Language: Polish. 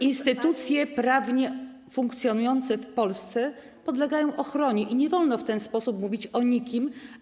Instytucje prawnie funkcjonujące w Polsce podlegają ochronie i nie wolno w ten sposób mówić o nikim.